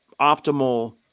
optimal